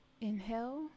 inhale